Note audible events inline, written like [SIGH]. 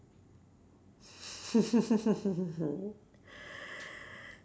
[LAUGHS]